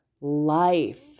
life